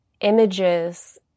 images